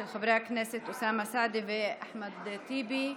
של חברי הכנסת אוסאמה סעדי ואחמד טיבי,